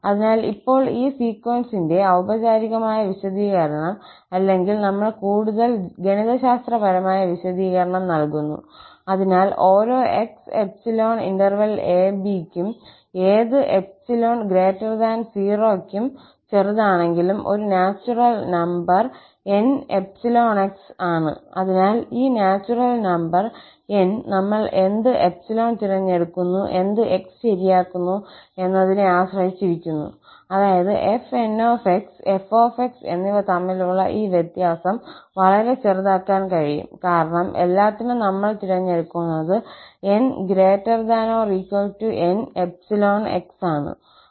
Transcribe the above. അതിനാൽ ഇപ്പോൾ ഈ സീക്വൻസിന്റെ ഔപചാരികമായ വിശദീകരണം അല്ലെങ്കിൽ നമ്മൾ കൂടുതൽ ഗണിതശാസ്ത്രപരമായ വിശദീകരണം നൽകുന്നു അതിനാൽ ഓരോ 𝑥∈𝑎 𝑏 നും ഏത് 𝜖0 നും ചെറുതാണെങ്കിലും ഒരു നാച്ചുറൽ നമ്പർ 𝑁𝜖 𝑥 ആണ് അതിനാൽ ഈ നാച്ചുറൽ നമ്പർ 𝑁 നമ്മൾ എന്ത് ∈ തിരഞ്ഞെടുക്കുന്നു എന്ത് 𝑥 ശരിയാക്കുന്നു എന്നതിനെ ആശ്രയിച്ചിരിക്കുന്നു അതായത് 𝑓𝑛𝑥 𝑓 𝑥 എന്നിവ തമ്മിലുള്ള ഈ വ്യത്യാസം വളരെ ചെറുതാക്കാൻ കഴിയും കാരണം എല്ലാത്തിനും നമ്മൾ തിരഞ്ഞെടുത്തത് 𝑛≥𝑁𝜖 𝑥 ആണ്